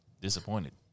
disappointed